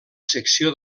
secció